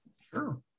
sure